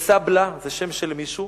למסבלא, " זה שם של מישהו,